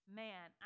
man